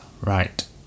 Right